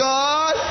God